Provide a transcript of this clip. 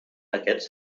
d’aquests